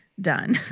done